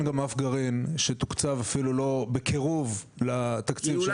אין גם אף גרעין שתוקצב אפילו לא בקירוב לתקציב של